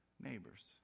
neighbors